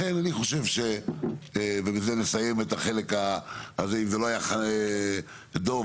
אם זה לא היה דב,